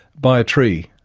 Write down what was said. by a tree,